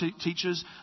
teachers